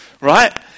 right